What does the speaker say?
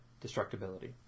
destructibility